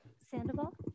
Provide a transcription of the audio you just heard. Sandoval